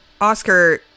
Oscar